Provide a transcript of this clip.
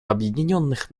объединенных